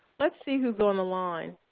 let's see who's on the line.